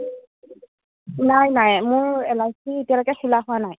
নাই নাই মোৰ এল আই চি এতিয়ালৈকে খোলা হোৱা নাই